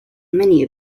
many